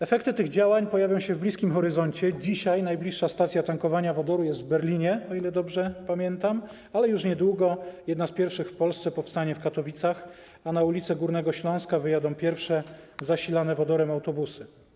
Efekty tych działań pojawią się w bliskim horyzoncie czasowym - dzisiaj najbliższa stacja tankowania wodoru jest w Berlinie, o ile dobrze pamiętam, ale już niedługo jedna z pierwszych w Polsce powstanie w Katowicach, a na ulice Górnego Śląska wyjadą pierwsze zasilane wodorem autobusy.